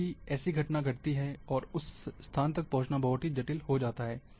क्योंकि ऐसी एक घटना घटती है और उस स्थान तक पहुँचना बहुत जटिल हो जाता है